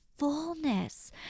fullness